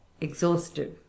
exhaustive